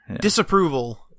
disapproval